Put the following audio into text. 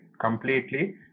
completely